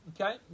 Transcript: Okay